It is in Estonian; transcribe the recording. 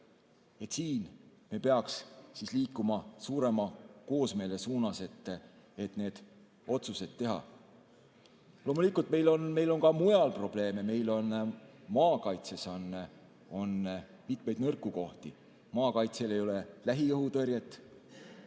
Siin me peaks liikuma suurema koosmeele suunas, et need otsused teha. Loomulikult on meil ka mujal probleeme. Meil on maakaitses mitmeid nõrku kohti, maakaitsel ei ole lähiõhutõrjet,